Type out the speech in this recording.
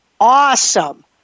awesome